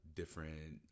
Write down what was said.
different